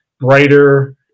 brighter